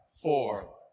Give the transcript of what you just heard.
four